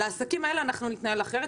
לעסקים האלה אנחנו נתנהל אחרת,